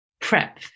prep